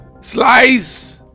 Slice